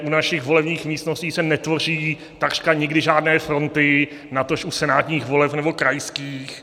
U našich volebních místností se netvoří takřka nikdy žádné fronty, natož u senátních voleb nebo krajských.